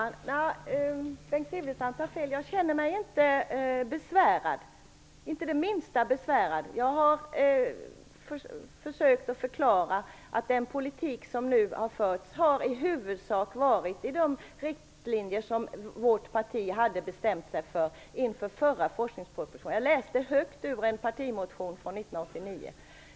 Herr talman! Bengt Silfverstrand tar fel. Jag känner mig inte besvärad, inte det minsta. Jag har försökt förklara att den politik som nu har förts i huvudsak har gått efter de riktlinjer som vårt parti hade bestämt sig för inför den förra forskningspropositionen. Jag läste högt ur en partimotion från 1989.